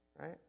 Right